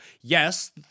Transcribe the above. yes